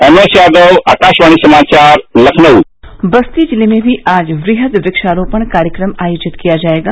M S Yadav Akashvani समाचार लखनऊ बस्ती जिले में भी आज वृहद वृक्षारोपण कार्यक्रम आयोजित किया जाएगा